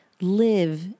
Live